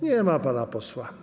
Nie ma pana posła.